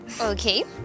Okay